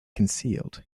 concealed